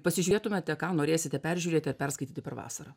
pasižiūrėtumėte ką norėsite peržiūrėti ar perskaityti per vasarą